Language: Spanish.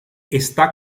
está